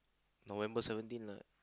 November seventeen lah